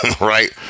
Right